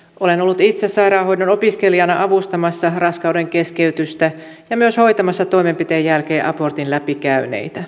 olen ollut itse sairaanhoidon opiskelijana avustamassa raskaudenkeskeytystä ja myös hoitamassa toimenpiteen jälkeen abortin läpikäyneitä